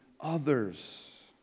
others